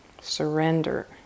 Surrender